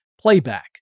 playback